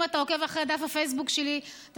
אם אתה עוקב אחר דף הפייסבוק שלי אתה